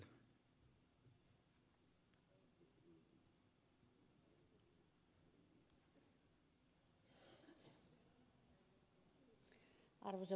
arvoisa puhemies